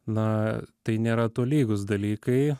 na tai nėra tolygūs dalykai